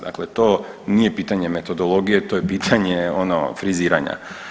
Dakle, to nije pitanje metodologije to je pitanje ono friziranja.